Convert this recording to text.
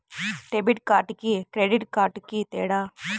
Debit కార్డుకి credit కార్డుకి తేడా?